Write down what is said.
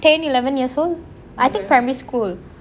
ten eleven yars old I think primary school